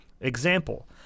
Example